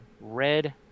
red